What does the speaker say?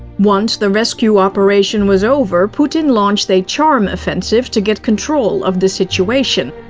once the rescue operation was over, putin launched a charm offensive to get control of the situation.